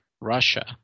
Russia